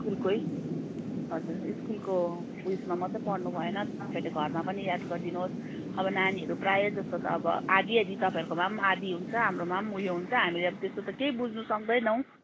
स्कुलकै हजुर स्कुलको उयसमा मात्रै पर्नुभएन तपाईँले घरमा पनि याद गरिदिनु होस् अब नानीहरू प्रायः जस्तो त अब आधी आधी तपाईँहरूकोमा पनि आधी हुन्छ हाम्रोमा पनि उयो हुन्छ हामीले अब त्यस्तो त केही बुझ्न सक्दैनौँ